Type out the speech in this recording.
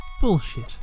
bullshit